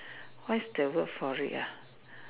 what's that word for it ah